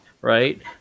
right